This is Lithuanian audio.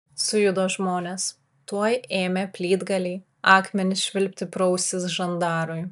sujudo žmonės tuoj ėmė plytgaliai akmenys švilpti pro ausis žandarui